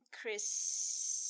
Chris